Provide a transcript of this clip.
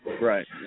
Right